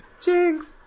Jinx